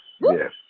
yes